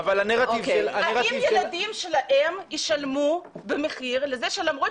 האם הילדים שלהם ישלמו מחיר למרות